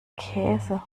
käse